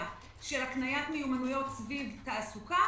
של הקניית מיומנויות סביב תעסוקה.